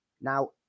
Now